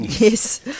Yes